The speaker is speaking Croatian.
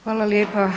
Hvala lijepa.